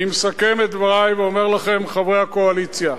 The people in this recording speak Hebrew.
אני מסכם את דברי ואומר לכם, חברי הקואליציה,